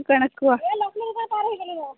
ଆଉ କ'ଣ କୁହ